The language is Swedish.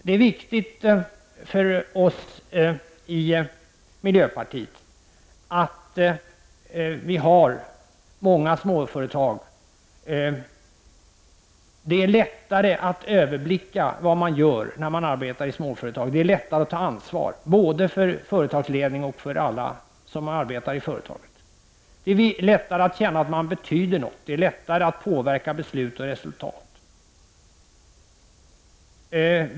Det är viktigt för oss i miljöpartiet att vi har många småföretag. Det är lättare att överblicka vad man gör när man arbetar i småföretag och det är lättare att ta ansvar både för företagsledning och för alla som arbetar i företaget. Det är lättare att känna att man betyder något, och det är lättare att påverka beslut och resultat.